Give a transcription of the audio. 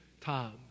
times